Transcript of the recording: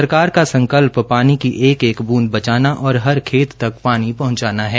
सरकार का संकल्प पानी की एक एक ब्रंद बचाना और हर खेत तक पानी पहंचाना है